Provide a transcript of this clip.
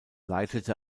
leitete